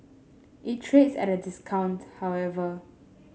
it trades at a discount however